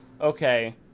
Okay